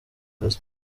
kazi